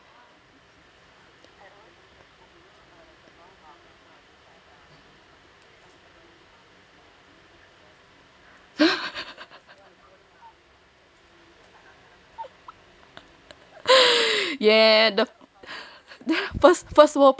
yeah the first first world problems